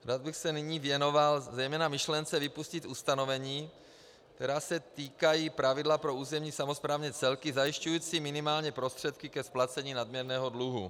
Rád bych se nyní věnoval zejména myšlence vypustit ustanovení, která se týkají pravidla pro územní samosprávné celky zajišťující minimální prostředky ke splacení nadměrného dluhu.